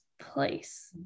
place